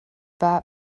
war